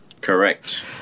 correct